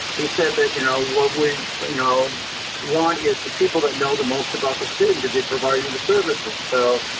he said that, you know, what we we want is the people that know the most about the student to be providing the services. so,